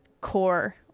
core